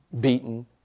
beaten